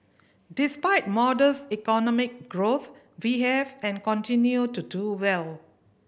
despite modest economic growth we have and continue to do well